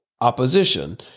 opposition